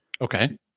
Okay